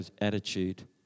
attitude